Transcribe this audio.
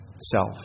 self